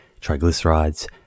triglycerides